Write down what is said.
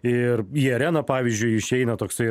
ir į areną pavyzdžiui išeina toksai